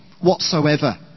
whatsoever